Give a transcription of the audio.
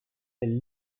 elles